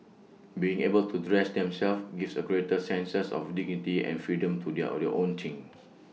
being able to dress themselves gives A greater sense of dignity and freedom to do their only own thing